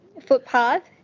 footpath